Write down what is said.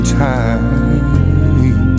time